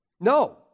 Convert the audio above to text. No